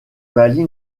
mali